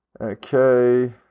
Okay